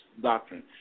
doctrine